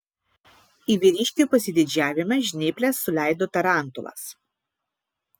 į vyriškio pasididžiavimą žnyples suleido tarantulas